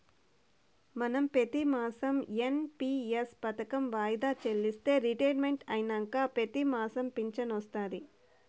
మనం పెతిమాసం ఎన్.పి.ఎస్ పదకం వాయిదా చెల్లిస్తే రిటైర్మెంట్ అయినంక పెతిమాసం ఫించనొస్తాది